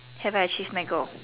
have I achieved my goal